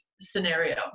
scenario